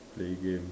play game